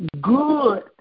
good